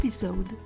episode